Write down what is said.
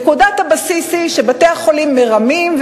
נקודת הבסיס היא שבתי-החולים מרמים,